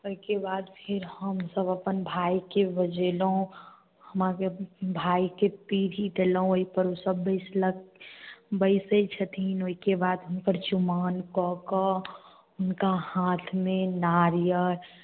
ओहिके बाद फिर हमसब अपन भायके बजेलहुँ हम अहाँके भायके पीढ़ी देलहुँ ओहिपर ओसब बैसलक बैसैत छथिन ओहिके बाद हुनकर चुमाओन कऽ कऽ हुनका हाथमे नारिअर